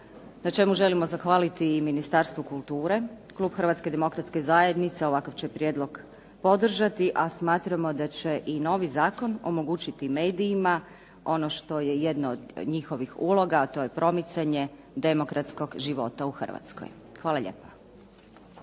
na čemu želimo zahvaliti i Ministarstvu kulture. Klub Hrvatske demokratske zajednice ovakav će Prijedlog podržati a smatramo da će i novi Zakon omogućiti medijima ono što je jedno od njihovih uloga a to je promicanje demokratskog života u Hrvatskoj. Hvala lijepa.